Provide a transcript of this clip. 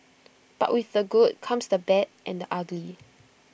but with the good comes the bad and the ugly